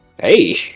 Hey